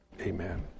amen